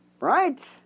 right